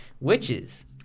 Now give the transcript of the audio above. Witches